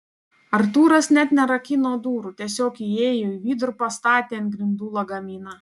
artūras net nerakino durų tiesiog įėjo į vidų ir pastatė ant grindų lagaminą